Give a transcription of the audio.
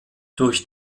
durch